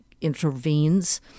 intervenes